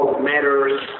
matters